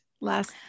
last